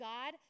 God